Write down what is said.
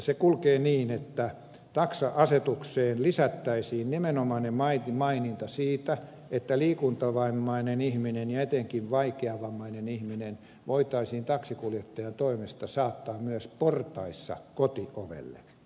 se kulkee niin että taksa asetukseen lisättäisiin nimenomainen maininta siitä että liikuntavammainen ihminen ja etenkin vaikeavammainen ihminen voitaisiin taksinkuljettajan toimesta saattaa myös portaissa kotiovelle